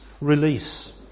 release